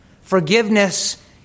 Forgiveness